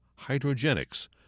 Hydrogenics